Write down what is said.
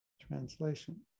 Translation